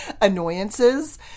annoyances